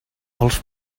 als